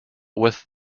with